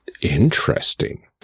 Interesting